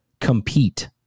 compete